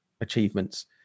achievements